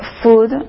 food